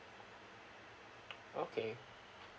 okay